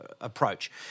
approach